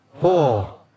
four